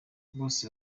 bose